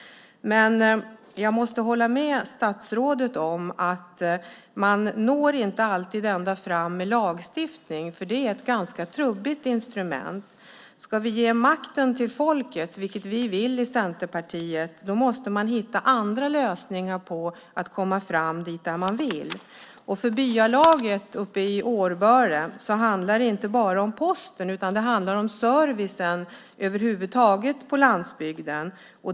Men jag måste hålla med statsrådet om att vi inte alltid når ända fram med lagstiftning. Det är ett ganska trubbigt instrument. Ska vi ge makten till folket, vilket vi i Centerpartiet vill, måste vi hitta andra lösningar för att komma dit vi vill. För byalaget uppe i Årböle handlar det inte bara om posten, utan det handlar om servicen över huvud taget på landsbygden.